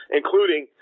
including